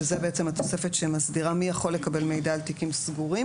שזו בעצם התוספת שמסדירה מי יכול לקבל מידע על תיקים סגורים